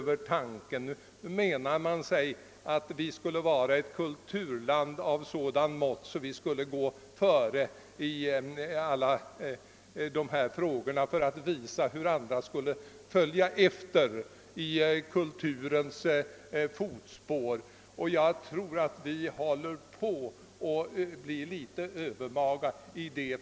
Det görs nu gällande att Sverige skulle vara ett kulturland av sådan rang att vi skulle gå före i detta avseende för att mana andra länder till vår efterföljd i kulturens fotspår. Jag tror att vi håller på att bli litet för övermaga.